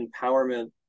empowerment